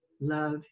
love